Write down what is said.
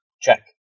Check